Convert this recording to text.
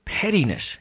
pettiness